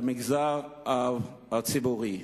למגזר הציבורי.